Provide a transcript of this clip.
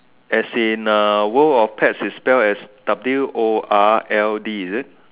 as in the world of pets is spells as world is it